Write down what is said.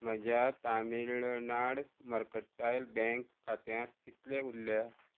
म्हज्या Tamilnad mercantile bank खात्यांत कितले उरल्या